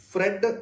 Fred